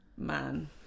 man